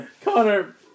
Connor